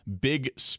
big